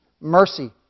Mercy